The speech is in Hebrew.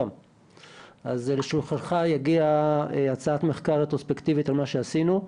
אז לשולחנך תגיע הצעת מחקר רטרוספקטיבית על מה שעשינו.